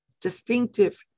distinctive